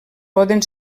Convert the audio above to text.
poden